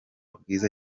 bwiza